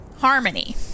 Harmony